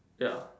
ya